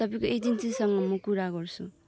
तपाईँको एजेन्सीसँग म कुरा गर्छु